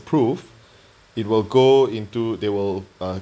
approved it will go into they will uh